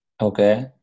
Okay